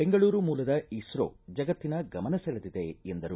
ಬೆಂಗಳೂರು ಮೂಲದ ಇಸ್ತೋ ಜಗತ್ತಿನ ಗಮನ ಸೆಳೆದಿದೆ ಎಂದರು